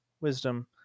Wisdom